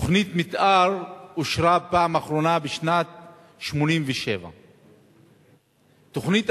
תוכנית מיתאר אושרה בפעם האחרונה בשנת 1987. תוכנית